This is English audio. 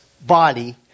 body